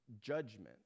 judgment